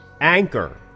Anchor